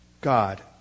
God